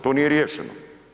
To nije riješeno.